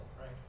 right